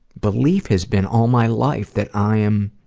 belief has been all my life, that i'm